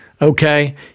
Okay